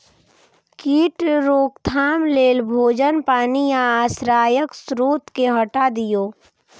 कीट रोकथाम लेल भोजन, पानि आ आश्रयक स्रोत कें हटा दियौ